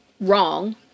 wrong